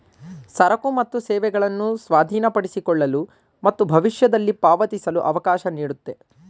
ಸರಕು ಮತ್ತು ಸೇವೆಗಳನ್ನು ಸ್ವಾಧೀನಪಡಿಸಿಕೊಳ್ಳಲು ಮತ್ತು ಭವಿಷ್ಯದಲ್ಲಿ ಪಾವತಿಸಲು ಅವಕಾಶ ನೀಡುತ್ತೆ